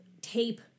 tape